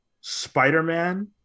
Spider-Man